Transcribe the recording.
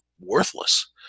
worthless